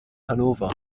hannover